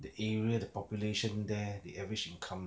the area the population there the average income